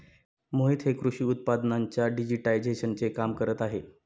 मोहित हे कृषी उत्पादनांच्या डिजिटायझेशनचे काम करत आहेत